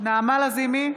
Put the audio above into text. נעמה לזימי,